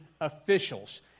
officials